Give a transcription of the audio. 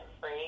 free